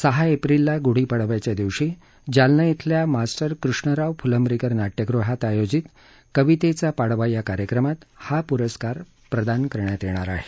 सहा एप्रिलला गुढीपाडव्याच्या दिवशी जालना खेल्या मास्टर कृष्णराव फुलंब्रीकर नाट्यगृहात आयोजित कवितेचा पाडवा या कार्यक्रमात हा पुरस्कार प्रदान करण्यात येणार आहे